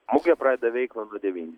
mugė pradeda veiklą nuo devynių